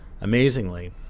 amazingly